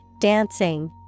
dancing